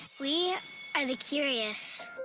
we are the curious